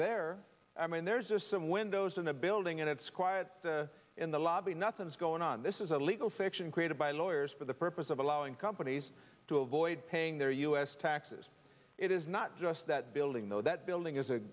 there i mean there's just some windows in the building and it's quiet in the lobby nothing's going on this is a legal fiction created by lawyers for the purpose of allowing companies to avoid paying their u s taxes it is not just that building though that building is